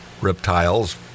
reptiles